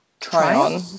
Tryon